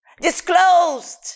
disclosed